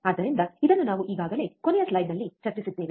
ಆದ್ದರಿಂದ ಇದನ್ನು ನಾವು ಈಗಾಗಲೇ ಕೊನೆಯ ಸ್ಲೈಡ್ನಲ್ಲಿ ಚರ್ಚಿಸಿದ್ದೇವೆ